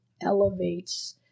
elevates